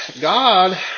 God